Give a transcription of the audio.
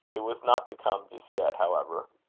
it was not to come just yet, however.